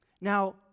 Now